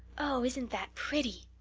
oh, isn't that pretty!